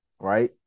Right